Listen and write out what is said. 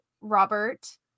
robert